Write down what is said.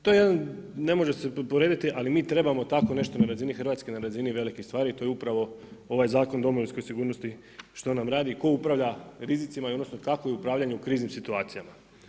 To je jedan, ne može se usporediti ali mi trebamo tako nešto na razini Hrvatske, na razini velikih stvari i to je upravo ovaj Zakon o domovinskoj sigurnosti što nam radi i tko upravlja rizicima i odnosno kakvo je upravljanje u kriznim situacijama.